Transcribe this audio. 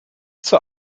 zur